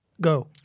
Go